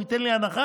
הוא ייתן הנחה,